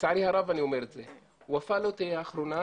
לצערי הרב אני אומר את זה, ופאא לא תהיה האחרונה,